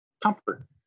Comfort